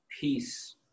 peace